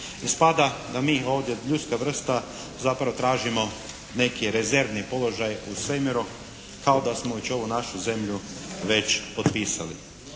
Ispada da mi ovdje ljudska vrsta zapravo tražimo neki rezervni položaj u svemiru kao da smo već ovu našu zemlju već otpisali.